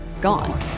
Gone